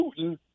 Putin